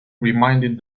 reminded